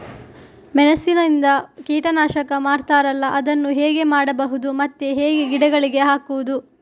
ಮೆಣಸಿನಿಂದ ಕೀಟನಾಶಕ ಮಾಡ್ತಾರಲ್ಲ, ಅದನ್ನು ಹೇಗೆ ಮಾಡಬಹುದು ಮತ್ತೆ ಹೇಗೆ ಗಿಡಗಳಿಗೆ ಹಾಕುವುದು?